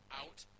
out